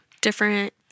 different